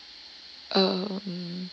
uh